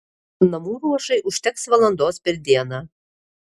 namų ruošai užteks valandos per dieną